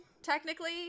Technically